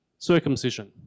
circumcision